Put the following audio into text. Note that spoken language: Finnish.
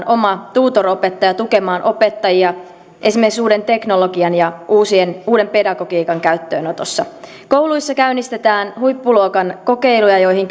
oma tutoropettaja tukemaan opettajia esimerkiksi uuden teknologian ja uuden pedagogiikan käyttöönotossa kouluissa käynnistetään huippuluokan kokeiluja joihin